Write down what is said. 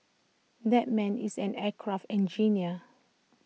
that man is an aircraft engineer